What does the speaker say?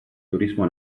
turismo